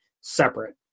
separate